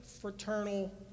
fraternal